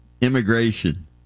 immigration